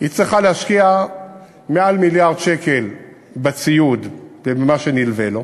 צריכה להשקיע מעל מיליארד שקל בציוד ובמה שנלווה לו,